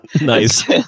Nice